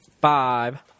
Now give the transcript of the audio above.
five